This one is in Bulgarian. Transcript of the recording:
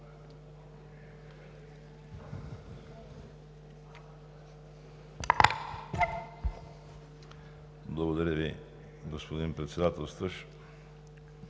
Благодаря Ви, господин Председател.